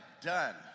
done